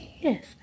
Yes